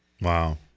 Wow